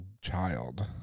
child